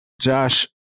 Josh